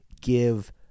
give